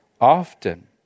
often